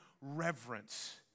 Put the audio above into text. reverence